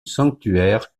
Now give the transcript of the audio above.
sanctuaire